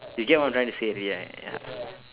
you get what I'm trying to say already right ya